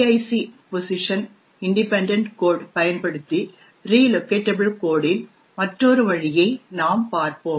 PIC position independent code பயன்படுத்தி relocatable code இன் மற்றொரு வழியை நாம் பார்ப்போம்